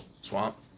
Swamp